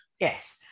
Yes